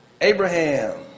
Abraham